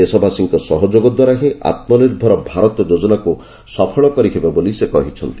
ଦେଶବାସୀଙ୍କ ସହଯୋଗ ଦ୍ୱାରା ହିଁ ଆତ୍ମନିର୍ଭର ଭାରତ ଯୋଜନାକୁ ସଫଳ କରିହେବ ବୋଲି ସେ କହିଛନ୍ତି